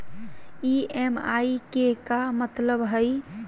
EMI के का मतलब हई?